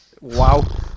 wow